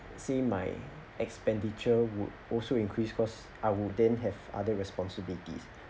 see my expenditure would also increase cause I would then have other responsibilities